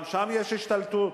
גם שם יש השתלטות.